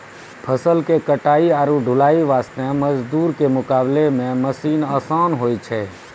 फसल के कटाई आरो ढुलाई वास्त मजदूर के मुकाबला मॅ मशीन आसान होय छै